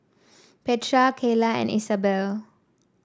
Petra Keila and Isabel